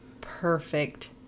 perfect